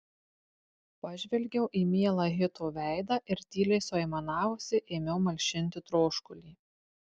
pažvelgiau į mielą hito veidą ir tyliai suaimanavusi ėmiau malšinti troškulį